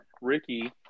Ricky